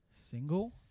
Single